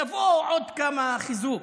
יבואו עוד כמה, חיזוק.